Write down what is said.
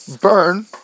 burn